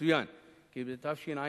יצוין כי בתשע"א,